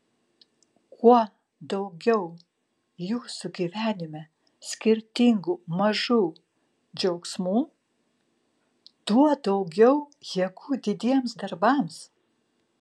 kuo daugiau jūsų gyvenime skirtingų mažų džiaugsmų tuo daugiau jėgų didiems darbams